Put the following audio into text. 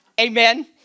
Amen